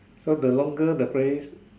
so the longer the phrase